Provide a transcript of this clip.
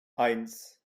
eins